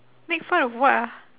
make fun of what ah